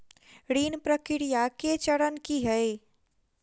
ऋण प्रक्रिया केँ चरण की है?